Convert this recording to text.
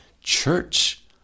church